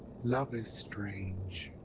love is strange.